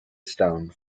stone